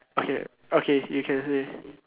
okay okay you can say